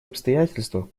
обстоятельствах